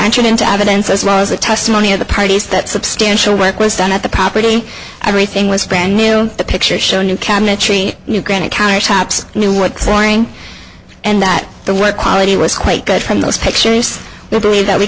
entered into evidence as well as the testimony of the parties that substantial work was done at the property everything was brand new pictures show new cabinetry new granite countertops new what's lying and that the what quality was quite good from those pictures we believe that we